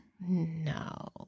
No